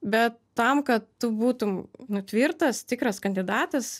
bet tam kad tu būtum nu tvirtas tikras kandidatas